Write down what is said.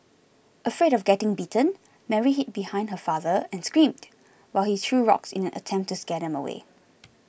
afraid of getting bitten Mary hid behind her father and screamed while he threw rocks in an attempt to scare them away